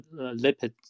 lipid